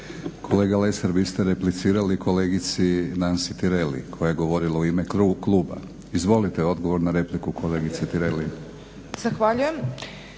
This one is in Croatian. Kolega Lesar vi ste replicirali kolegici Nansi Tireli koja je govorila u ime kluba. Izvolite, odgovor na repliku kolegice Tireli. **Tireli,